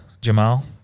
Jamal